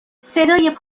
صدای